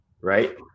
right